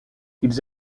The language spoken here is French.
ils